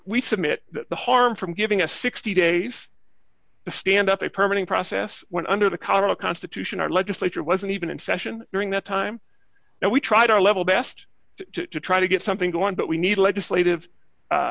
we submit the harm from giving a sixty days to stand up a permanent process when under the current constitution our legislature wasn't even in session during that time and we tried our level best to try to get something going but we need a legislative